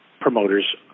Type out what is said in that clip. promoters